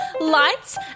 lights